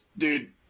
dude